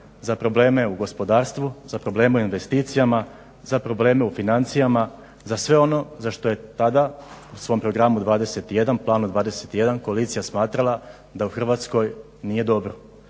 za problem u gospodarstvu, za problem u investicijama, za probleme u financijama, za sve ono za što je tada u svom programu 21, planu 21 koalicija smatrala da u Hrvatskoj nije dobro.